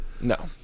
No